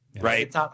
Right